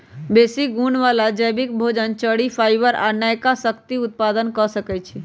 बेशी गुण बला जैबिक भोजन, चरि, फाइबर आ नयका शक्ति उत्पादन क सकै छइ